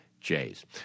Jay's